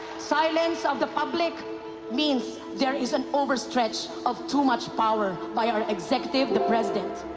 silence of the public means there is an overstretch of too much power by our executive, the president.